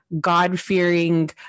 God-fearing